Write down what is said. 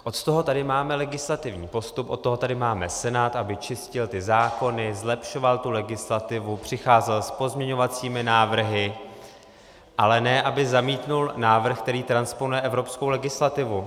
Od toho tady máme legislativní postup, od toho tady máme Senát, aby čistil zákony, zlepšoval legislativu, přicházel s pozměňovacími návrhy, ale ne aby zamítl návrh, který transponuje evropskou legislativu.